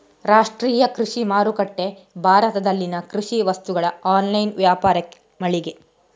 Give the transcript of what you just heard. ರಾಷ್ಟ್ರೀಯ ಕೃಷಿ ಮಾರುಕಟ್ಟೆ ಭಾರತದಲ್ಲಿನ ಕೃಷಿ ವಸ್ತುಗಳ ಆನ್ಲೈನ್ ವ್ಯಾಪಾರ ಮಳಿಗೆ